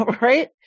Right